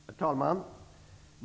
Herr talman!